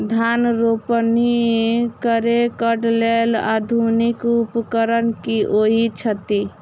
धान रोपनी करै कऽ लेल आधुनिक उपकरण की होइ छथि?